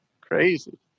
Crazy